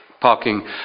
Parking